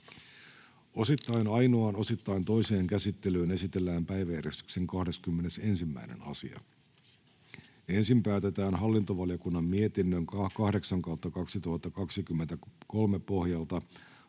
Osittain ainoaan, osittain toiseen käsittelyyn esitellään päiväjärjestyksen 20. asia. Ensin päätetään hallintovaliokunnan mietinnön HaVM 7/2023 vp pohjalta